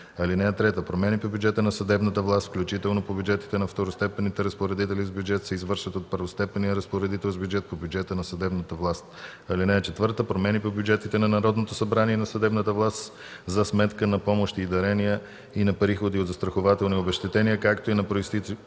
(3) Промени по бюджета на съдебната власт, включително по бюджетите на второстепенните разпоредители с бюджет, се извършват от първостепенния разпоредител с бюджет по бюджета на съдебната власт. (4) Промени по бюджетите на Народното събрание и на съдебната власт за сметка на помощи и дарения и на приходи от застрахователни обезщетения, както и на произтичащите